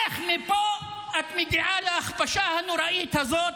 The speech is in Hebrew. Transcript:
איך מפה את מגיעה להכפשה הנוראית הזאת